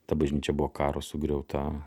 ta bažnyčia buvo karo sugriauta